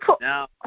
now